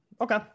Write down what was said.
Okay